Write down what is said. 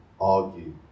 argue